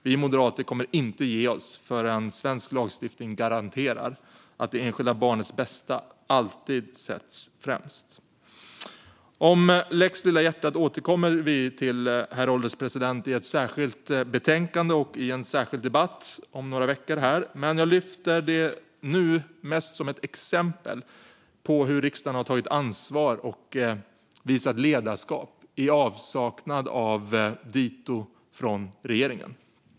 Vi moderater kommer inte att ge oss förrän svensk lagstiftning garanterar att det enskilda barnets bästa alltid sätts främst. Till lex Lilla hjärtat återkommer vi, herr ålderspresident, om några veckor i ett särskilt betänkande och en särskild debatt. Jag lyfter det nu mest som ett exempel på hur riksdagen har tagit ansvar och visat ledarskap i avsaknad av dito från regeringen.